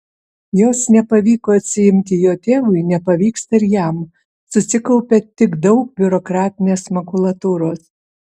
jos nepavyko atsiimti jo tėvui nepavyksta ir jam susikaupia tik daug biurokratinės makulatūros